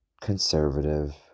conservative